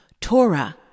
Torah